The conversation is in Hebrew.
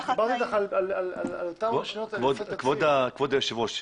כבוד היושב ראש,